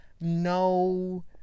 No